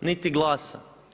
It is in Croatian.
niti GLAS-a.